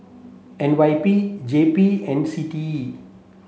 N Y P J P and C T E